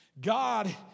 God